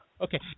Okay